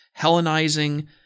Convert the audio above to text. Hellenizing